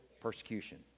persecution